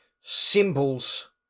symbols